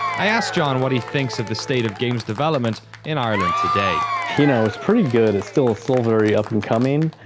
i asked john what he thinks of the state of games development in ireland today. you know, it's pretty good. it's still still very up and coming,